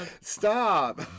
Stop